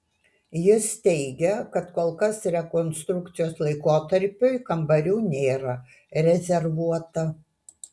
jis teigia kad kol kas rekonstrukcijos laikotarpiui kambarių nėra rezervuota